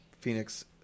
Phoenix